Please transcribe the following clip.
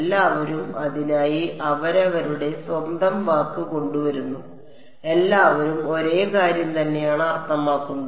എല്ലാവരും അതിനായി അവരവരുടെ സ്വന്തം വാക്ക് കൊണ്ടുവരുന്നു എല്ലാവരും ഒരേ കാര്യം തന്നെയാണ് അർത്ഥമാക്കുന്നത്